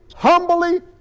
Humbly